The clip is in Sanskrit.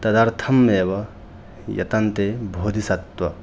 तदर्थमेव यतन्ते बोधिसत्वाः